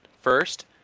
first